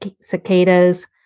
cicadas